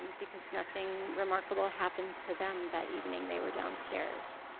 because, nothing remarkable happened to them that evening. they were downstairs.